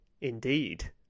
Indeed